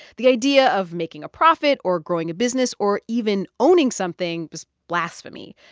the idea of making a profit or growing a business or even owning something was blasphemy.